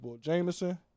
Jameson